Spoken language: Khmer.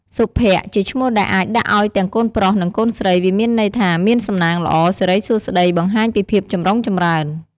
សុភ័ក្ត្រជាឈ្មោះដែលអាចដាក់ឲ្យទាំងកូនប្រុសនិងកូនស្រី វាមានន័យថាមានសំណាងល្អ សិរីសួស្តី បង្ហាញពីភាពចម្រុងចម្រើន។